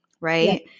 right